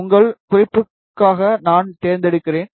உங்கள் குறிப்புக்காக நான் தேர்ந்தெடுக்கிறேன்